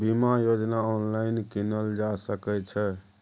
बीमा योजना ऑनलाइन कीनल जा सकै छै?